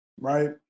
right